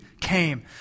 came